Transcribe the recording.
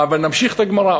אבל נמשיך את הגמרא.